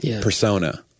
persona